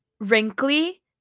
Wrinkly